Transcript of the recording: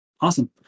Awesome